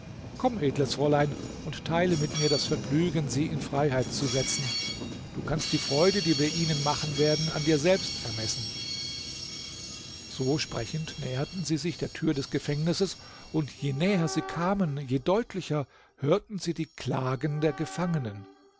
komm edles fräulein und teile mit mir das vergnügen sie in freiheit zu setzen du kannst die freude die wir ihnen machen werden an dir selbst ermessen so sprechend näherten sie sich der tür des gefängnisses und je näher sie kamen je deutlicher hörten sie die klagen der gefangenen